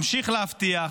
ממשיך להבטיח,